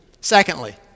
secondly